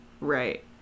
Right